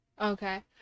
okay